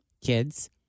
kids